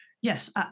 yes